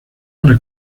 para